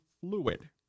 fluid